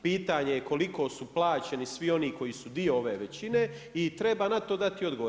Pitanje je koliko su plaćeni svi oni koji su dio ove većine i treba na to dati odgovor.